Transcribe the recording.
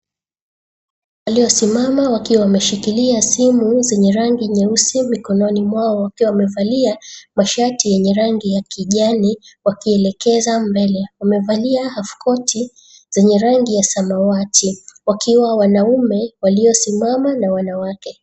Waliosimama wakiwa wameshikilia simu zenye rangi nyeusi mkononi mwao wakiwa wamevalia mashati yenye rangi ya kijani wakeelekeza mbele. Wamevalia hafkoti zenye rangi ya samawati wakiwa wanaume waliosimama na wanawake.